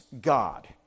God